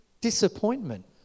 disappointment